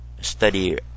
study